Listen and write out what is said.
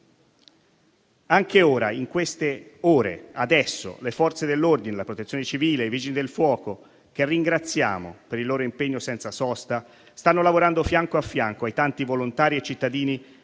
Anche adesso, in queste ore, le Forze dell'ordine, la Protezione civile, i Vigili del fuoco, che ringraziamo per il loro impegno senza sosta, stanno lavorando fianco a fianco ai tanti volontari e cittadini